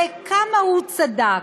וכמה הוא צדק.